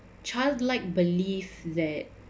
child like believe that